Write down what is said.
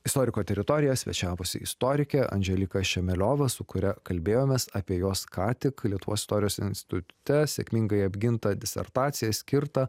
istoriko teritorija svečiavosi istorikė andželika ščemeliova su kuria kalbėjomės apie jos ką tik lietuvos istorijos institute sėkmingai apgintą disertaciją skirtą